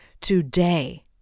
today